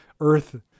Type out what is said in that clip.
Earth